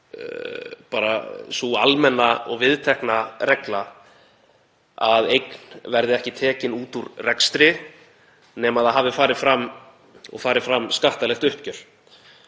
bara sú almenna og viðtekna regla að eign verði ekki tekinn út úr rekstri nema farið hafi fram og fari fram skattalegt uppgjör.